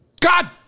God